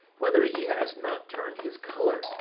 whether he has not turn'd his colour,